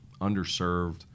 underserved